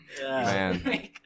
Man